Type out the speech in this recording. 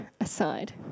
aside